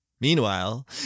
Meanwhile